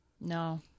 No